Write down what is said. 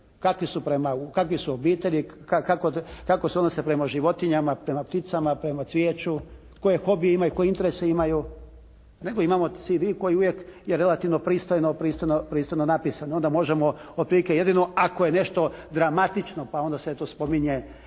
kakvi su obitelji? Kako se odnose prema životinjama, prema pticama, prema cvijeću? Koje hobije imaju? Koje interese imaju? Nego imamo CV koji uvijek je relativno pristojno napisan. I onda možemo otprilike jedino ako je nešto dramatično pa onda se eto spominje